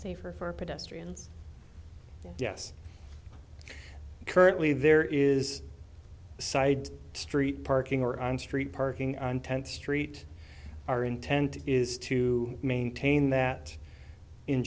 pedestrians yes currently there is a side street parking or on street parking on tenth street our intent is to maintain that in